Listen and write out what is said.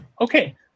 Okay